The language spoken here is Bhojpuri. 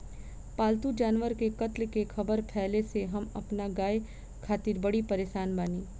पाल्तु जानवर के कत्ल के ख़बर फैले से हम अपना गाय खातिर बड़ी परेशान बानी